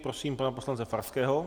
Prosím pana poslance Farského.